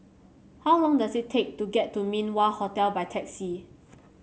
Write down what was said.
how long does it take to get to Min Wah Hotel by taxi